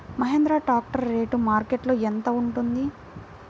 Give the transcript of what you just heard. Mahindra tractor rate మార్కెట్లో యెంత ఉంటుంది?